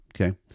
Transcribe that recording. okay